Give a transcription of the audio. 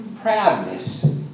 proudness